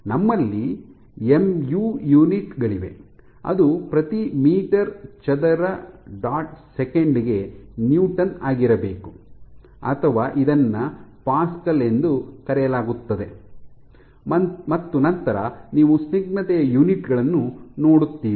ನಮ್ಮಲ್ಲಿ M U unit ಗಳಿವೆ ಅದು ಪ್ರತಿ ಮೀಟರ್ ಚದರ ಸೆಕೆಂಡ್ ಗೆ ನ್ಯೂಟನ್ ಆಗಿರಬೇಕು ಅಥವಾ ಇದನ್ನು ಪ್ಯಾಸ್ಕಲ್ ಎಂದು ಕರೆಯಲಾಗುತ್ತದೆ ಮತ್ತು ನಂತರ ನೀವು ಸ್ನಿಗ್ಧತೆಯ ಯೂನಿಟ್ ಗಳನ್ನು ನೋಡುತ್ತೀರಿ